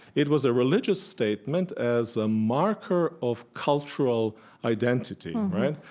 it was a religious statement as a marker of cultural identity, right?